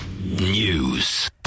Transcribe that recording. News